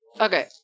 Okay